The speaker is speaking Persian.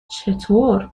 چطور